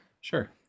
Sure